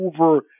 over